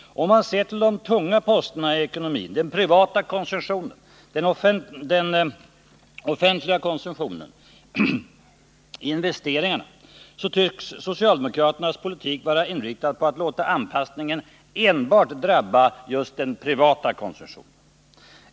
Om man ser till de tunga posterna i ekonomin — den privata konsumtionen, den offentliga konsumtionen, investeringarna — finner man att socialdemokraternas politik tycks vara inriktad på att låta anpassningen enbart drabba just den privata konsumtionen.